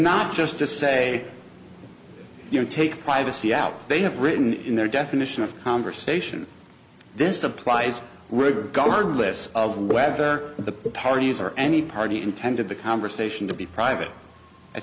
not just to say you know take privacy out they have written in their definition of conversation this applies regardless of whether the parties or any party intended the conversation to be private i